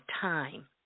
time